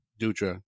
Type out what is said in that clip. Dutra